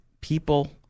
people